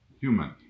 human